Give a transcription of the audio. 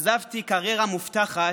עזבתי קריירה מובטחת,